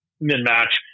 Mid-match